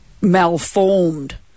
Malformed